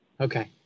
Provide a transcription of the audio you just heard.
Okay